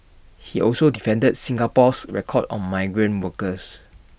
he also defended Singapore's record on migrant workers